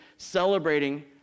celebrating